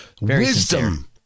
Wisdom